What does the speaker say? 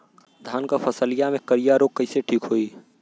धान क फसलिया मे करईया रोग कईसे ठीक होई?